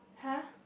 !huh!